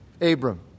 Abram